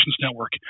network